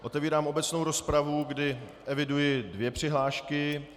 Otevírám obecnou rozpravu, do které eviduji dvě přihlášky.